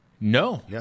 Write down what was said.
No